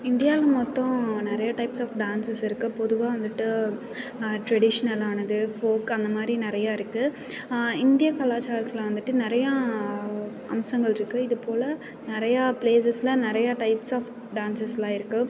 இந்தியாவில் மொத்தம் நிறைய டைப்ஸ் ஆஃப் டான்ஸஸ் இருக்குது பொதுவாக வந்துவிட்டு ட்ரெடிஷ்னலானது ஃபோல்க் அந்த மாதிரி நிறையா இருக்குது இந்திய கலாச்சாரத்தில் வந்துவிட்டு நிறையா அம்சங்கள் இருக்குது இது போலே நிறையா ப்ளேஸஸில் நிறையா டைப்ஸ் ஆஃப் டான்ஸஸெலாம் இருக்குது